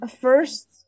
first